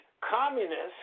communists